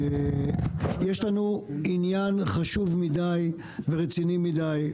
יש לנו עניין חשוב מדי ורציני מדי,